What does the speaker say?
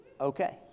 okay